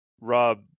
Rob